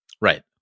Right